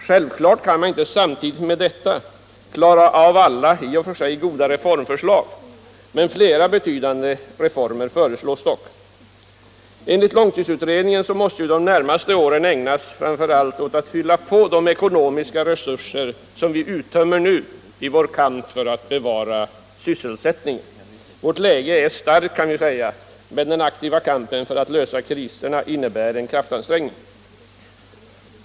Självklart kan man inte samtidigt med detta klara alla i och för sig goda reformförslag, men flera betydande reformer föreslås dock. Enligt långtidsutredningen måste ju de närmaste åren framför allt ägnas åt att fylla på de ekonomiska resurser som vi nu uttömmer för att möta konjunkturnedgången. Vårt läge är starkt, men den aktiva kampen för att lösa kriserna innebär en kraftansträngning.